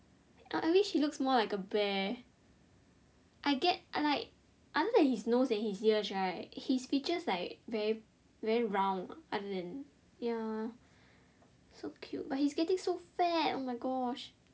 I I wish he looks more like a bear I get like other then his nose and his ears right his features like very very round other then ya so cute but he's getting so fat oh my gosh